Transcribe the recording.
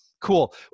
Cool